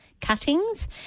cuttings